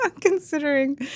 considering